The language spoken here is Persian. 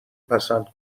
پسند